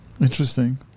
Interesting